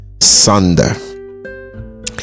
sunder